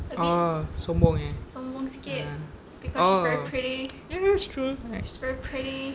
oh sombong eh ah oh ya that's true